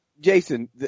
Jason